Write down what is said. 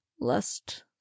lest